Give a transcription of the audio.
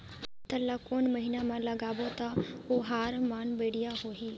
पातल ला कोन महीना मा लगाबो ता ओहार मान बेडिया होही?